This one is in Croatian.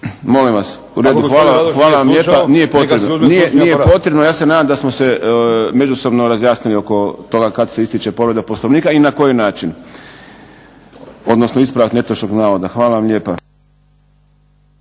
Molim vas. Hvala vam lijepa. Nije potrebno ja se nadam da smo se međusobno razjasnili oko toga kada se ističe povreda Poslovnika i na koji način odnosno ispravak netočnog navoda. Hvala vam lijepa.